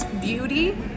beauty